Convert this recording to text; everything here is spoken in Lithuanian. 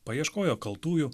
paieškojo kaltųjų